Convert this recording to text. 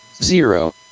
Zero